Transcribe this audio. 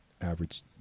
average